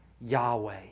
Yahweh